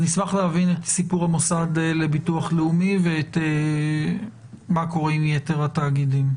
נשמח להבין את סיפור המוסד לביטוח לאומי ומה קורה עם יתר התאגידים.